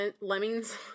lemmings